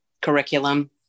curriculum